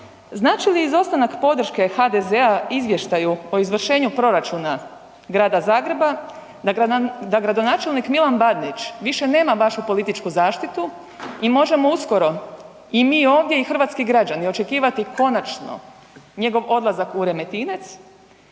znači li izostanak podrške HDZ-a izvještaju o izvršenju proračuna Grada Zagreba da gradonačelnik Milan Bandić više nema vašu političku zaštitu i možemo uskoro i mi ovdje i hrvatski građani očekivati konačno njegov odlazak u Remetinec